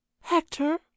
hector